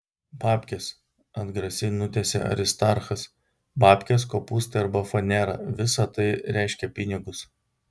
babkės atgrasiai nutęsė aristarchas babkės kopūstai arba fanera visa tai reiškia pinigus